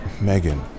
Megan